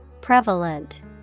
Prevalent